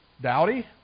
dowdy